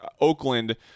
Oakland